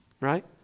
Right